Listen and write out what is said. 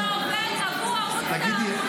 אז למה אתה נותן לו הטבות רגולטוריות?